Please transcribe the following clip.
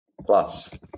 Plus